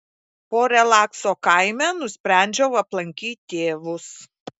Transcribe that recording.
po relakso kaime nusprendžiau aplankyt tėvus